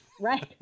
right